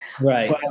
Right